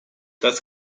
das